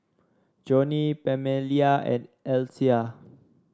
Johnny Pamelia and Althea